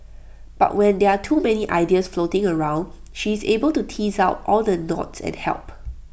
but when there are too many ideas floating around she is able to tease out all the knots and help